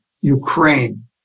Ukraine